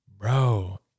Bro